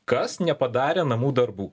kas nepadarė namų darbų